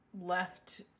left